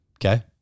okay